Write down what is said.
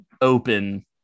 open